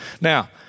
Now